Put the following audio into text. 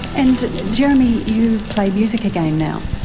and jeremy, you play music again now.